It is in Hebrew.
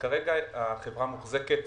כרגע החברה מוחזקת